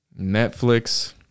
Netflix